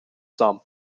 some